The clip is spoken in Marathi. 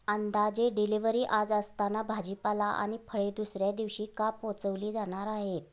अंदाजे डिलिव्हरी आज असताना भाजीपाला आणि फळे दुसऱ्या दिवशी का पोहचवली जाणार आहेत